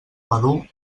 madur